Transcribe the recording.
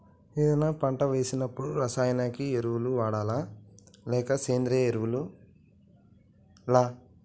ఏదైనా పంట వేసినప్పుడు రసాయనిక ఎరువులు వాడాలా? లేక సేంద్రీయ ఎరవులా?